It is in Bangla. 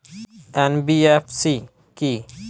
এন.বি.এফ.সি কী?